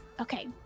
Okay